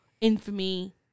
infamy